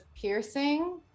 piercing